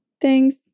Thanks